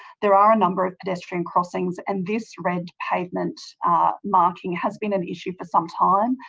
there are a number of pedestrian crossings and this red pavement marking has been an issue for some time.